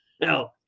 now